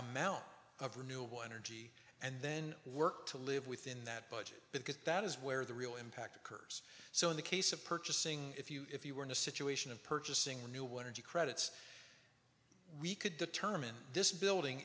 amount of renewable energy and then work to live within that budget because that is where the real impact occurs so in the case of purchasing if you if you were in a situation of purchasing a new one and he credits we could determine this building